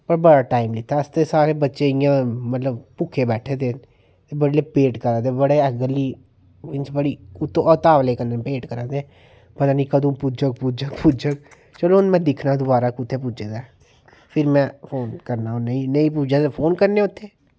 ते बड़ा टाईम लैता सारे बच्चे इंया भुक्खे बैठे दे न ते बेट करा दे मतलब बड़े उतावले कन्नै भुक्ख लग्गी दी बेट करा दे न पता निं कदूं पुज्जग पुज्जग चलो ऐल्ली दिक्खने आं दोआरा कुत्थें पुज्जे दा ऐ फिर में फोन करना नेईं पुज्जेआ ते फोन करना उत्थें